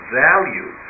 value